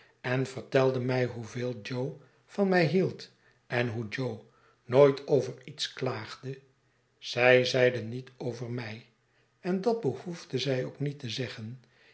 en vertelde mij hoeveel jo van mij hield en hoe jo nooit over iets klaagde zij zeide niet over mij en dat behoefde zij ook niet te zeggen